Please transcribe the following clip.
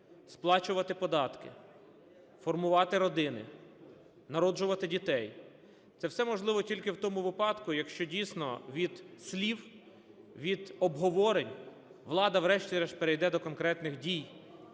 сплачувати податки, формувати родини, народжувати дітей, це все можливо тільки в тому випадку, якщо дійсно від слів, від обговорень влада врешті-решт перейде до конкретних дій.